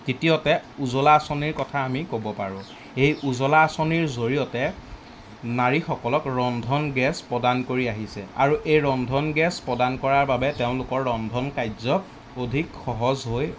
তৃতীয়তে উজলা আঁচনিৰ কথা আমি ক'ব পাৰোঁ এই উজলা আঁচনিৰ জৰিয়তে নাৰীসকলক ৰন্ধন গেছ প্ৰদান কৰি আহিছে আৰু এই ৰন্ধন গেছ প্ৰদান কৰাৰ বাবে তেওঁলোকৰ ৰন্ধন কাৰ্য অধিক সহজ হৈ